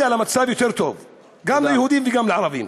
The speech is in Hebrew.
למצב יותר טוב גם ליהודים וגם לערבים.